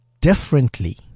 differently